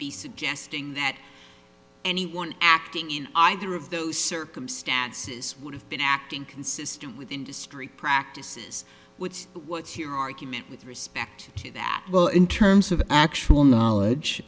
be suggesting that anyone acting in either of those circumstances would have been acting consistent with industry practices which what's your argument with respect to that well in terms of actual